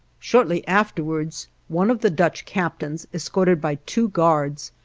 shortly afterwards one of the dutch captains, escorted by two guards,